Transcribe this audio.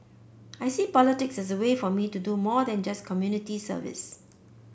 I see politics as a way for me to do more than just community service